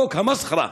חוק המסחרה.